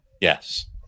Yes